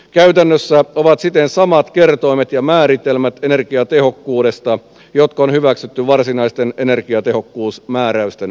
käytännössä ovat siten samat kertoimet ja määritelmät energiatehokkuudesta jotka on hyväksytty varsinaisten energiatehokkuusmääräysten pohjaksi